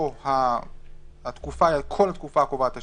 פה התקופה היא על כל התקופה הקובעת השנייה,